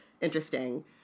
interesting